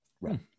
Right